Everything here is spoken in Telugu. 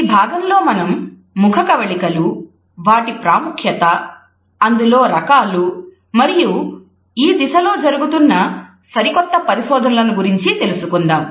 ఈ భాగంలో మనం ముఖకవళికలు వాటి ప్రాముఖ్యత అందులో రకాలు మరియు ఈ దిశలో జరుగుతున్న సరికొత్త పరిశోధనలను గురించి తెలుసుకుందాం